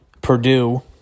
purdue